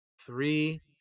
three